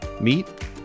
meet